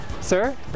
Sir